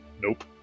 Nope